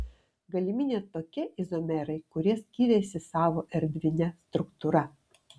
galimi net tokie izomerai kurie skiriasi savo erdvine struktūra